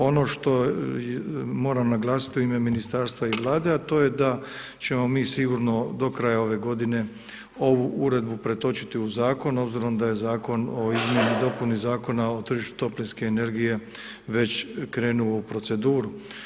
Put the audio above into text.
Ono što moram naglasiti u ime ministarstva i Vlade, a to je da ćemo mi sigurno do kraja ove godine ovu uredbu pretočiti u zakon obzirom da je Zakon o izmjeni i dopuni Zakona o tržištu toplinske energije već krenuo u proceduru.